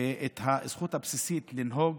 את הזכות הבסיסית לנהוג,